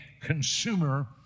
consumer